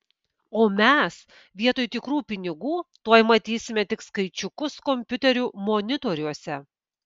o mes vietoj tikrų pinigų tuoj matysime tik skaičiukus kompiuterių monitoriuose